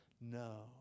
No